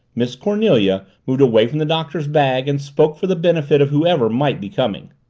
miss cornelia moved away from the doctor's bag and spoke for the benefit of whoever might be coming.